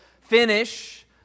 finish